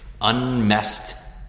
un-messed